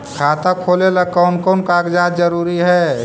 खाता खोलें ला कोन कोन कागजात जरूरी है?